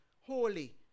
holy